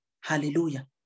hallelujah